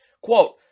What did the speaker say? quote